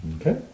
Okay